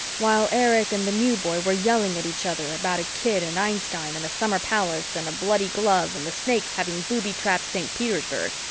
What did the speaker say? while erich and the new boy were yelling at each other about a kid and einstein and a summer palace and a bloody glove and the snakes having booby-trapped saint petersburg.